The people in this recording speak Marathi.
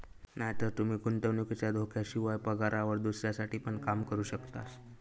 नायतर तूमी गुंतवणुकीच्या धोक्याशिवाय, पगारावर दुसऱ्यांसाठी पण काम करू शकतास